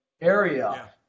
area